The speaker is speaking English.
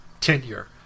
tenure